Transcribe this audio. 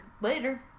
later